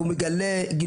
שהוא מגיע ללמוד,